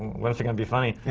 when is she going to be funny?